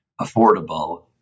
affordable